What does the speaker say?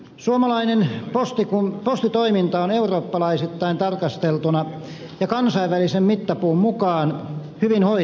suomalainen postitoiminta on eurooppalaisittain tarkasteltuna ja kansainvälisen mittapuun mukaan hyvin hoidettua